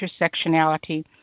intersectionality